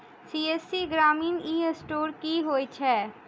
CSC ग्रामीण e store की होइ छै?